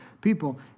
people